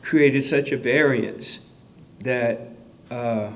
created such of areas that